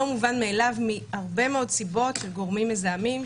מובן מאליו מהרבה מאוד סיבות של גורמים מזהמים,